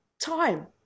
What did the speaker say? time